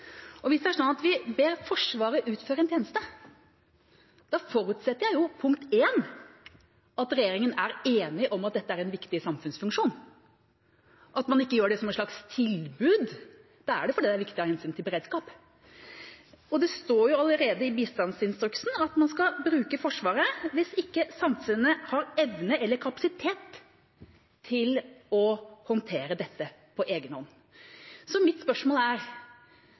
Hvis det er slik at vi ber Forsvaret utføre en tjeneste, forutsetter jeg – punkt 1 – at regjeringa er enig om at dette er en viktig samfunnsfunksjon, at man ikke gjør det som et slags tilbud. Da er det fordi det er viktig av hensyn til beredskap. Og det står allerede i bistandsinstruksen at man skal bruke Forsvaret hvis ikke samfunnet har evne eller kapasitet til å håndtere dette på egen hånd. Så mitt spørsmål er: